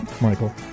Michael